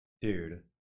Dude